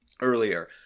earlier